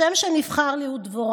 השם שנבחר לי הוא דבורה,